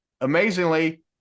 amazingly